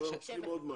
זה מספק?